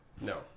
no